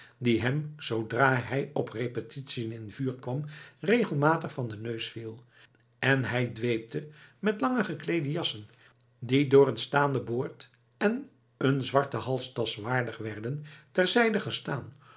die hem zoodra hij op repetitiën in vuur kwam regelmatig van den neus viel en hij dweepte met lange gekleede jassen die door een staanden boord en een zwarte halsdas waardig werden ter zijde gestaan